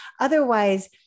otherwise